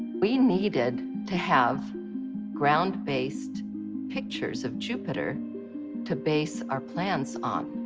we needed to have ground based pictures of jupiter to base our plans on.